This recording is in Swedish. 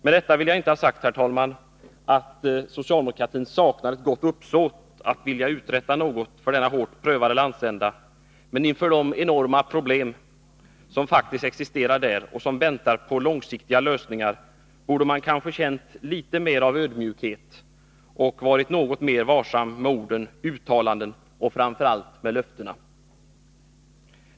Med detta vill jag, herr talman, inte ha sagt att socialdemokratin saknar ett gott uppsåt att vilja uträtta något för denna hårt prövade landsända, men Nr 143 inför de enorma problem som faktiskt existerar där, och som väntar på Tisdagen den långsiktiga lösningar, borde man kanske ha känt litet mer av ödmjukhet och 10 maj 1983 varit något mer varsam med ord och uttalanden och framför allt med löftena.